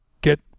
get